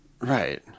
Right